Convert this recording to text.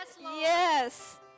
Yes